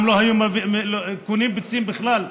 פעם לא היו קונים ביצים בכלל,